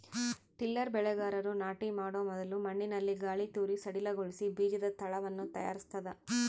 tiller ಬೆಳೆಗಾರರು ನಾಟಿ ಮಾಡೊ ಮೊದಲು ಮಣ್ಣಿನಲ್ಲಿ ಗಾಳಿತೂರಿ ಸಡಿಲಗೊಳಿಸಿ ಬೀಜದ ತಳವನ್ನು ತಯಾರಿಸ್ತದ